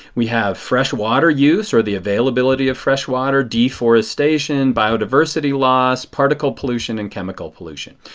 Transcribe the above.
we have fresh water use, or the availability of fresh water. deforestation. biodiversity loss. particle pollution and chemical pollution.